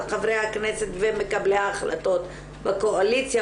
חברי הכנסת ומקבלי ההחלטות בקואליציה,